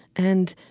and,